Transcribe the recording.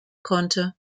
konnte